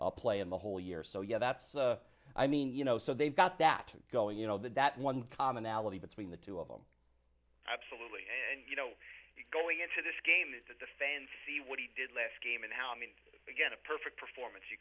a play in the whole year so yeah that's i mean you know so they've got that going you know that that one commonality between the two of them absolutely and you know the going into this game is that the fans see what he did last game and how i mean again a perfect performance you